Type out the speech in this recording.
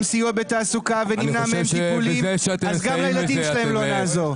סיוע בתעסוקה ונמנע מהם טיפולים אז גם לילדים שלהם לא נעזור.